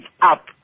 up